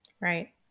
Right